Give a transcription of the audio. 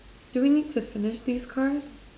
do we need to finish these cards